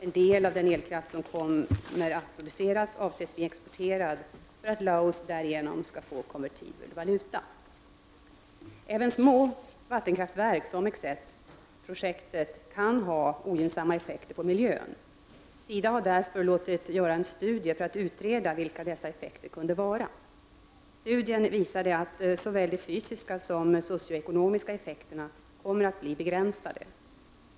En del av den elkraft som kommer att produceras avses bli exporterad för att Laos därigenom skall få konvertibel valuta. Även små vattenkraftverk som Xesetprojektet kan ha ogynnsamma effekter på miljön. SIDA har därför låtit göra en studie för att utreda vilka dessa effekter kunde vara. Studien visade att såväl de fysiska som socio-ekonomiska effekterna kommer att bli begränsade.